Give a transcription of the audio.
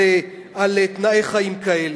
על תנאי חיים כאלה.